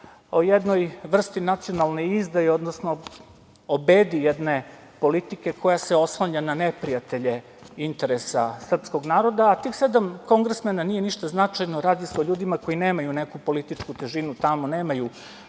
o jednoj vrsti nacionalne izdaje, odnosno o bedi jedne politike koja se oslanja na neprijatelje interesa srpskog naroda. Tih sedam kongresmena nije ništa značajno, radi se o ljudima koji nemaju neku političku težinu tamo, nemaju